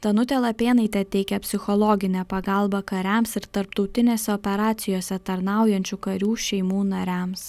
danutė lapėnaitė teikia psichologinę pagalbą kariams ir tarptautinėse operacijose tarnaujančių karių šeimų nariams